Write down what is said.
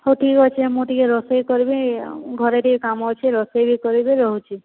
ହୋଉ ଠିକ ଅଛେ ମୁଁ ଟିକେ ରୋଷେଇ କରବି ଘରେ ଟିକେ କାମ ଅଛେ ରୋଷେଇ ବି କରବି ରହୁଛି